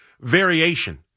variation